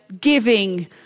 giving